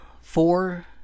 four